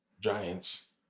giants